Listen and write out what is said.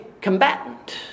combatant